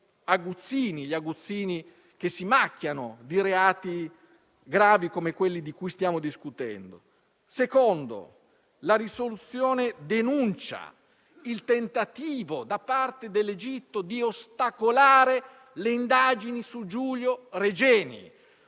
aguzzini, che si macchiano di reati gravi come quelli di cui stiamo discutendo. In secondo luogo, la risoluzione denuncia il tentativo da parte dell'Egitto di ostacolare le indagini su Giulio Regeni.